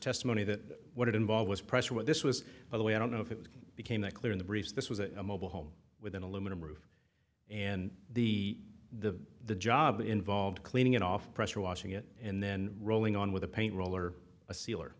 testimony that what it involved was pressure where this was by the way i don't know if it became that clear in the brief this was a mobile home with an aluminum roof and the the the job involved cleaning it off pressure washing it and then rolling on with a paint roller a sealer